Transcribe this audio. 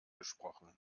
gesprochen